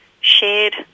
shared